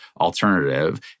alternative